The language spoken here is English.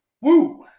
Woo